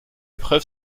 preuve